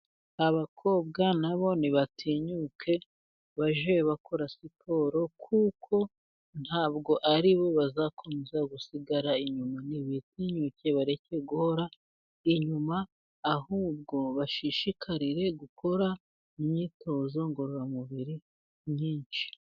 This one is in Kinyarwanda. Abakobwa nabo ni batinyuke bajye bakora siporo, kuko ntabwo aribo bazakomeza gusigara inyuma, ni batinyuke bareke guhora inyuma. Ahubwo bashishikarire gukora imyitozo ngororamubiri myinshi.